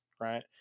right